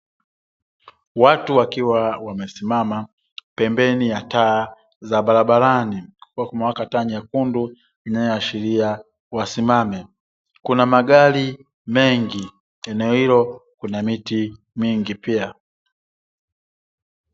Watu wakiwa wamesimama pembeni ya taa za barabarani kukiwa kumewaka taa nyekundu inayoashiria wasimame. Kuna magari mengi eneo hilo kuna miti mingi pia.